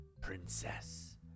princess